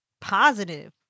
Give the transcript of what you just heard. positive